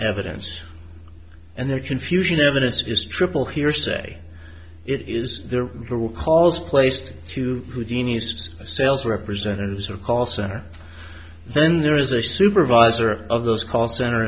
evidence and their confusion evidence is triple hearsay it is there for all calls placed to houdini's sales representatives or call center then there is a supervisor of those call cent